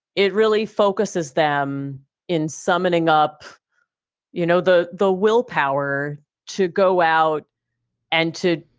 it really focuses them in summoning up you know the the willpower to go out and to.